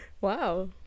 Wow